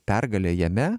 pergalę jame